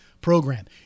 program